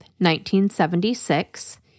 1976